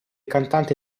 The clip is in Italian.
cantante